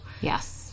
Yes